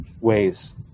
ways